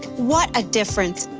what a difference.